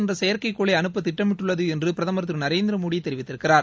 என்ற செயற்கைக்கோளை அனுப்ப திட்டமிட்டுள்ளது என்று பிரதமர் திரு நரேந்திர மோடி தெரிவித்திருக்கிறார்